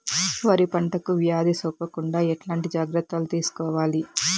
వరి పంటకు వ్యాధి సోకకుండా ఎట్లాంటి జాగ్రత్తలు తీసుకోవాలి?